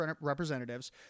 Representatives